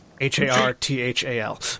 H-A-R-T-H-A-L